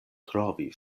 trovi